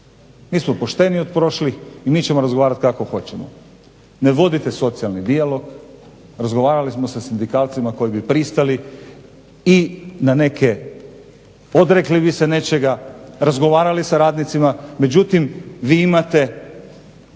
Mi smo pošteniji od prošlih i mi ćemo razgovarati kako hoćemo. Ne vodite socijalni dijalog, razgovarali smo sa sindikalcima koji bi pristali i na neke, odrekli bi se nečega, razgovarali sa radnicima, međutim vi imate